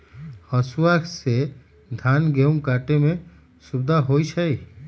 हसुआ से धान गहुम काटे में सुविधा होई छै